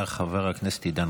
חברת הכנסת טל